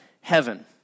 heaven